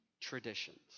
traditions